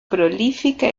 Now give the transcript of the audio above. prolífica